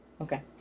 Okay